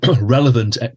relevant